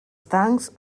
tancs